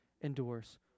endures